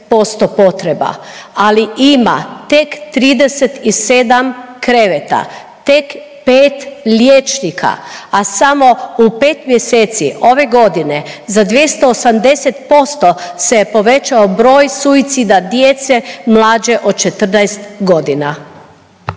ali ima tek 37 kreveta, tek 5 liječnika, a samo u 5 mjeseci ove godine za 280% se povećao broj suicida djece mlađe od 14 godina.